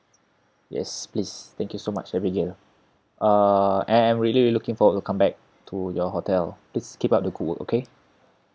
yes please thank you so much abigail uh and I'm really looking forward to come back to your hotel please keep up the good work okay